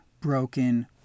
broken